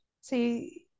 see